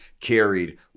carried